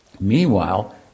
Meanwhile